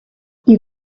you